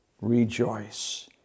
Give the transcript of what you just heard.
rejoice